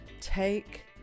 take